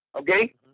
Okay